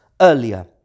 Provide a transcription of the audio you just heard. earlier